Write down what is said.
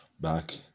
back